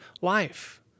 life